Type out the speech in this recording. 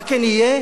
מה כן יהיה?